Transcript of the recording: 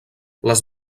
les